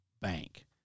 Bank